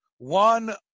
One